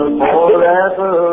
forever